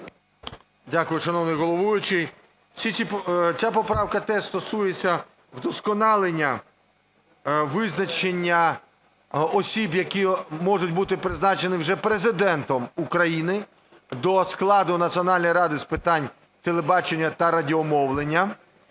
Дякую, шановний головуючий. Ця поправка теж стосується вдосконалення визначення осіб, які можуть бути призначені вже Президентом України до складу Національної ради з питань телебачення та радіомовлення.